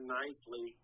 nicely